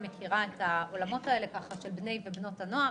מכירה את העולמות האלה של בני ובנות הנוער.